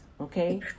okay